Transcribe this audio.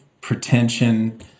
pretension